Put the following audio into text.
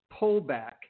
pullback